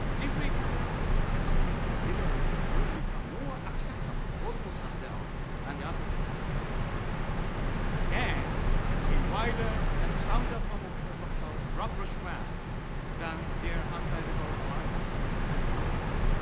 if we carry out this task liberalism will become more acceptable both for sandel and the advocates of chinese philosophy and a wider and sounder form of philosophical rapprochement than their anti-liberal alliance can be brought about.